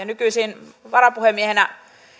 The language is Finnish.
nykyisin varapuhemiehenä